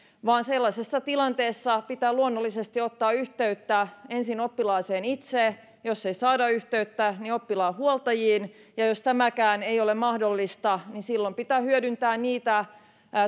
vaan sellaisessa tilanteessa pitää luonnollisesti ottaa yhteyttä ensin oppilaaseen itseensä jos ei saada yhteyttä niin oppilaan huoltajiin ja jos tämäkään ei ole mahdollista niin silloin pitää hyödyntää niitä